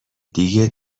دیگه